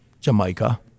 Jamaica